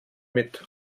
mit